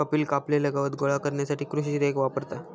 कपिल कापलेला गवत गोळा करण्यासाठी कृषी रेक वापरता